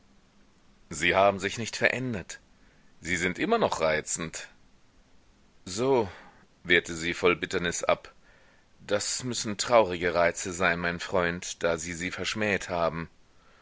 sie haben sich nicht verändert sie sind noch immer reizend so wehrte sie voll bitternis ab das müssen traurige reize sein mein freund da sie sie verschmäht haben